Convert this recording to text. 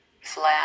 flat